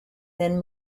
then